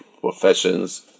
professions